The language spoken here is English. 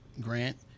grant